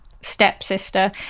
stepsister